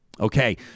Okay